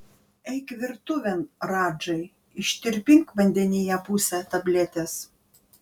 eik virtuvėn radžai ištirpink vandenyje pusę tabletės